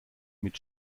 mit